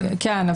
כן,